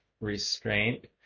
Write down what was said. restraint